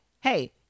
hey